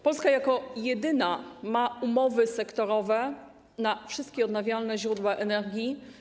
Polska jako jedyna ma umowy sektorowe na wszystkie odnawialne źródła energii.